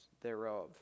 thereof